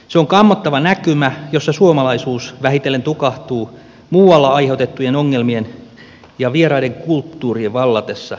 se on kammottava näkymä jossa suomalaisuus vähitellen tukahtuu muualla aiheutettujen ongelmien ja vieraiden kulttuurien vallatessa meiltä tilaa